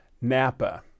Napa